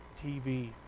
tv